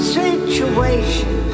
situation